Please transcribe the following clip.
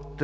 от